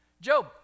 Job